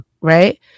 right